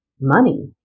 money